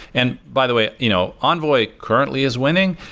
and by the way, you know envoy currently is winning,